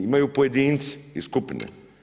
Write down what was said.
Imaju pojedince i skupine.